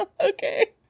Okay